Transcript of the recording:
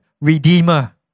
Redeemer